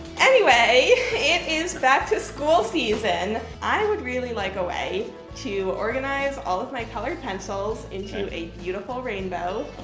anyway, it is back to school season. i would really like a way to organize all of my colored pencils into a beautiful rainbow.